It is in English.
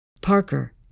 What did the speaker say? Parker